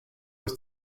was